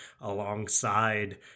alongside